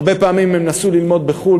הרבה פעמים הם נסעו ללמוד בחו"ל,